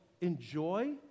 enjoy